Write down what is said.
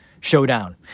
showdown